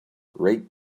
rate